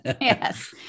Yes